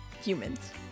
humans